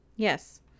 Yes